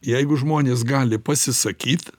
jeigu žmonės gali pasisakyt